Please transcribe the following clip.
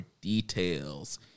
details